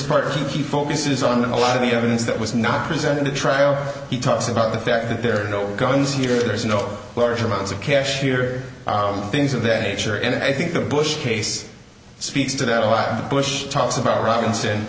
part he focuses on a lot of the evidence that was not present in the trial he talks about the fact that there are no guns here there's no large amounts of cash here things of that nature and i think the bush case speaks to that a lot of bush talks about robinson and